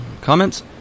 Comments